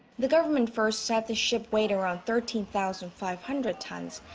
the government first said the ship weighed around thirteen thousand five hundred tons.